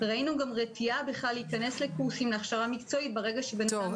ראינו גם רתיעה בכלל להיכנס לקורסים להכשרה מקצועית בשל הקיזוז הזה.